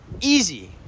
easy